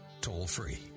toll-free